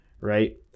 right